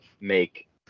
make